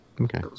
okay